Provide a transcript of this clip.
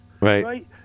Right